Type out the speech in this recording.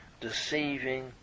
Deceiving